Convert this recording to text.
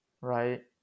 right